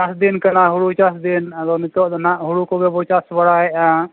ᱪᱟᱥᱫᱤᱱ ᱠᱟᱱᱟ ᱦᱳᱲᱳ ᱪᱟᱥ ᱫᱤᱱ ᱟᱫᱚ ᱱᱤᱛᱳᱜ ᱫᱚ ᱦᱟᱸᱜ ᱦᱳᱲᱳ ᱠᱚᱜᱮ ᱵᱚᱱ ᱪᱟᱥ ᱵᱟᱲᱟᱭᱮᱫᱼᱟ